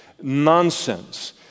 nonsense